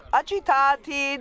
agitati